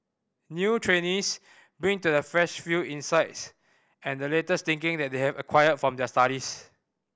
new trainees bring to the fresh field insights and the latest thinking they have acquired from their studies